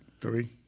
three